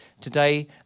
today